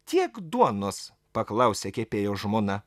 tiek duonos paklausė kepėjo žmona